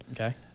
Okay